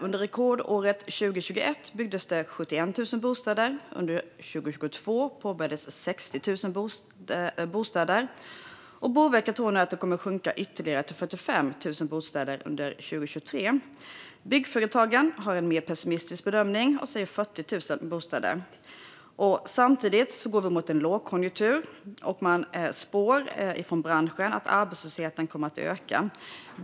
Under rekordåret 2021 byggdes 71 000 bostäder, och under 2022 påbörjades 60 000 bostäder. Boverket tror att det kommer att sjunka ytterligare till 45 000 bostäder under 2023. Byggföretagen gör en mer pessimistisk bedömning och säger 40 000 bostäder. Samtidigt går vi mot en lågkonjunktur, och branschen spår att arbetslösheten kommer att öka.